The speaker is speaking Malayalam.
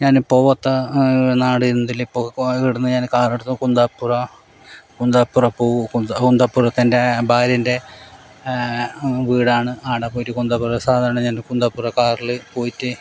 ഞാൻ പോകാത്ത നാട് എന്തിലും ഞാൻ കാറെടുത്തു കുന്താപ്പുറ കുന്താപ്പുറ പോകും കുന്താപ്പുരത്ത് എൻ്റെ ഭാര്യേൻ്റെ വീടാണ് ആടെ പോയിട്ട് കുന്താപ്പുറ സാധാരണ ഞാൻ കുന്താപ്പുറ കാറിൽ പോയിട്ട്